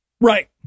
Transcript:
Right